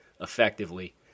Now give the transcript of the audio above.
effectively